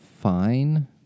fine